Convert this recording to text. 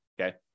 Okay